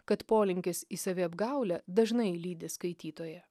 kad polinkis į saviapgaulę dažnai lydi skaitytoją